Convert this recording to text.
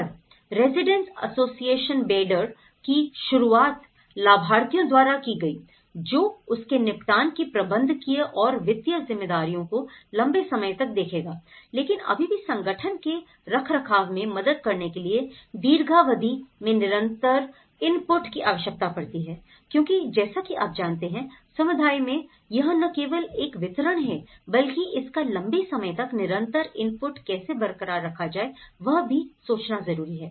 और residents association बेयदर की शुरुआत लाभार्थियों द्वारा की गई जो उसके निपटान की प्रबंधकीय और वित्तीय जिम्मेदारियों को लंबे समय तक देखेगा लेकिन अभी भी संगठन के रखरखाव में मदद करने के लिए दीर्घावधि में निरंतर इनपुट की आवश्यकता पढ़ती है क्योंकि जैसा कि आप जानते हैं समुदाय मैं यह न केवल एक वितरण है बल्कि इसका लंबे समय तक निरंतर इनपुट कैसे बरकरार रखा जाए वह भी सोचना जरूरी है